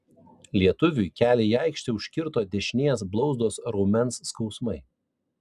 lietuviui kelią į aikštę užkirto dešinės blauzdos raumens skausmai